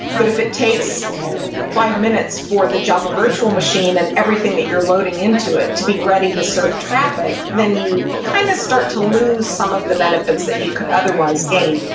but if it takes five minutes for the java virtual machine and everything that you're loading into it to be ready to serve traffic, then you kind of start to lose some of the benefits that could otherwise gain.